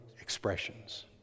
expressions